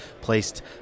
placed